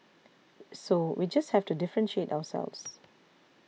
so we just have to differentiate ourselves